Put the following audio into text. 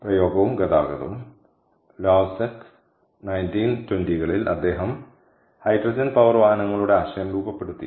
പ്രയോഗവും ഗതാഗതവും Lawaczek 1920 കളിൽ അദ്ദേഹം ഹൈഡ്രജൻ പവർ വാഹനങ്ങളുടെ ആശയം രൂപപ്പെടുത്തി